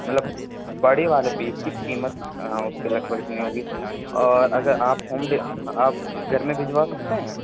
مطلب بڑی والے پیس کی قیمت اس کے بعد ہوگی اور اگر آپ ہوم ڈے گھر میں بھجوا سکتے ہیں